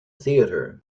theater